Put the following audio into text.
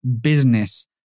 business